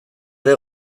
ere